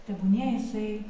tebūnie jisai